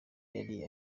yari